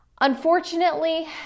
unfortunately